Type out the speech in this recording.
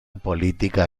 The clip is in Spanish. política